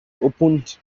opened